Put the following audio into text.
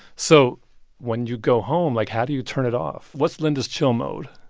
so when you go home, like, how do you turn it off? what's linda's chill mode?